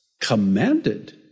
commanded